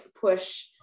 push